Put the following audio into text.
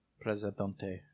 Presidente